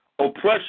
Oppression